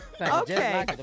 Okay